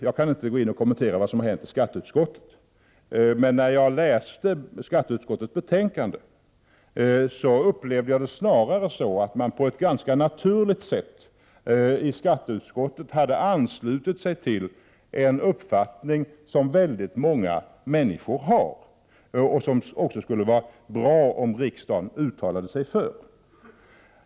Jag kan inte gå in och kommentera vad som hänt i skatteutskottet, men när jag läste skatteutskottets betänkande uppfattade jag det snarare så, att skatteutskottet på ett ganska naturligt sätt hade anslutit sig till en uppfattning som väldigt många människor har och som det skulle vara bra om riksdagen uttalade sig för.